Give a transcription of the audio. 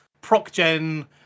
proc-gen